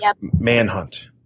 Manhunt